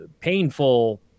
painful